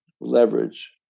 leverage